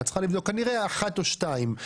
כנראה אחת או שתיים.